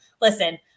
listen